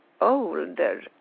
older